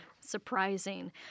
surprising